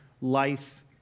life